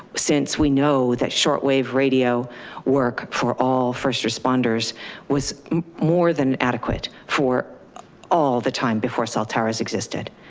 since we know that short wave radio work for all first responders was more than adequate for all the time before cell towers existed.